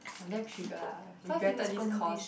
I damn trigger lah regretted this course